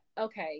okay